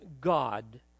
God